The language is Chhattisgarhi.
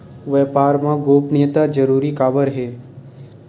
व्यापार मा गोपनीयता जरूरी काबर हे?